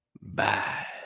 bye